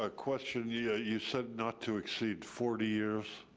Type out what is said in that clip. ah question, yeah you said not to exceed forty years?